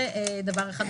זה דבר אחד.